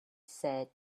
said